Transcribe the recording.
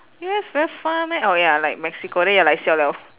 U_S very far meh oh ya like mexico then you're like siao [liao]